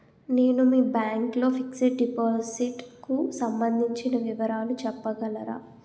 నేను మీ బ్యాంక్ లో ఫిక్సడ్ డెపోసిట్ కు సంబందించిన వివరాలు చెప్పగలరా?